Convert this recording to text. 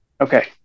Okay